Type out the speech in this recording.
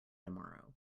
tomorrow